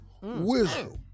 wisdom